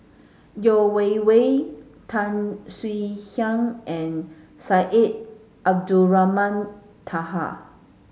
Yeo Wei Wei Tan Swie Hian and Syed Abdulrahman Taha